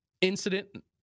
incident